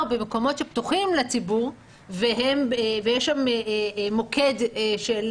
במקומות שפתוחים לציבור ויש שם מוקד של